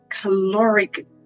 caloric